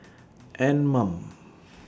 Anmum